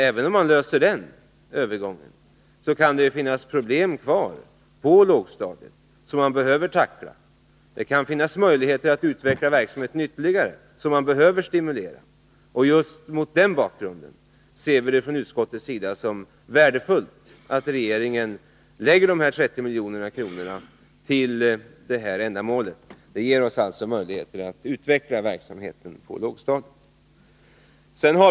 Även om man löser problemen med den övergången kan det finnas problem kvar på lågstadiet som man behöver tackla. Det kan finnas möjligheter att ytterligare utveckla verksamhet som behöver stimuleras. Just mot den bakgrunden ser vi det från utskottets sida som värdefullt att regeringen lägger dessa 30 milj.kr. till detta ändamål. Det ger oss alltså möjligheter att utveckla verksamheten på lågstadiet.